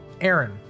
Aaron